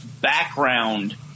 background